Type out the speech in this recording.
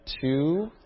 two